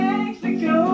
Mexico